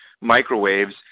microwaves